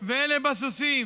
ואלה בסוסים"